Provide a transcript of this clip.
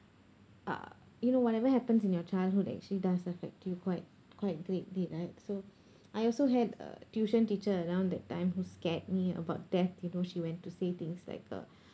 uh you know whatever happens in your childhood actually does affect you quite quite greatly right so I also had a tuition teacher around that time who's scared me about death you know she went to say things like uh